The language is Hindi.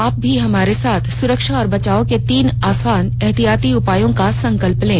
आप भी हमारे साथ सुरक्षा और बचाव के तीन आसान एहतियाती उपायों का संकल्प लें